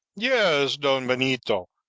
yes, don benito,